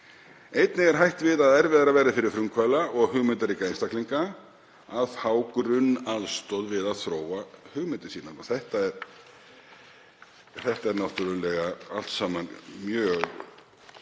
Einnig er hætt við að erfiðara verði fyrir frumkvöðla og hugmyndaríka einstaklinga að fá grunnaðstoð við að þróa hugmyndir sínar.“ Þetta eru náttúrlega allt saman mjög